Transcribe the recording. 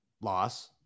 loss